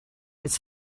its